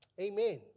Amen